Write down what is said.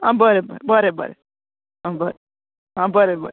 आं बरें बरें बरें बरें आं बरें आं बरें बरें